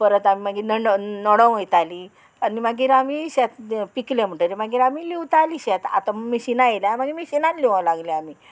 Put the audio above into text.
परत आमी मागीर नड नडो वयतालीं आनी मागीर आमी शेत पिकले म्हणटगीर मागीर आमी लिवतालीं शेत आतां मॅशीनां येयल्या मागीर मेशिनान लिवो लागलें आमी